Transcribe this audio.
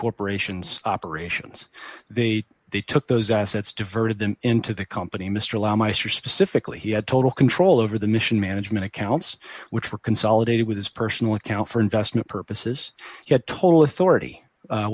corporation's operations they they took those assets diverted them into the company mr la my sure specifically he had total control over the mission management accounts which were consolidated with his personal account for investment purposes yet total authority